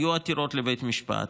היו עתירות לבית משפט,